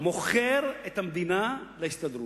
שהליכוד מוכר את המדינה להסתדרות.